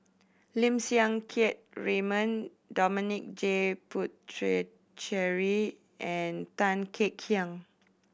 Lim Siang Keat Raymond Dominic J Puthucheary and Tan Kek Hiang